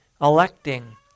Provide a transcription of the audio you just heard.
electing